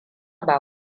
ba